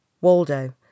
Waldo